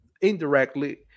indirectly